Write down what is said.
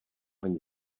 ani